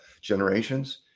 generations